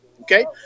Okay